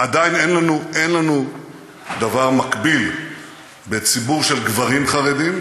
עדיין אין לנו דבר מקביל בציבור של גברים חרדים,